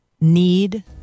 need